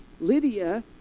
Lydia